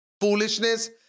foolishness